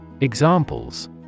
Examples